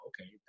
okay